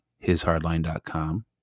hishardline.com